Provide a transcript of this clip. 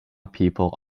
people